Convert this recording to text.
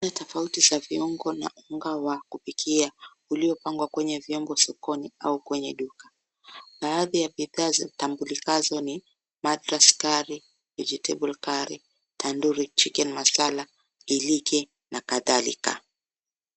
Aina tofauti za viungo na aina za unga wa kupikia uliopangwa kwenye vyombo sokoni au kwenye duka. Baadhi ya bidhaa zitambulikazo ni, Madras curry , vegetable curry , Tandori chicken masala , iliki na kadhalika.